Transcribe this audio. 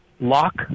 Lock